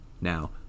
Now